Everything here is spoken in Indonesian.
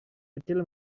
kecil